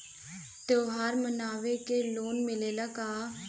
त्योहार मनावे के लोन मिलेला का?